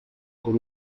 con